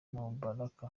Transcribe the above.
mubarak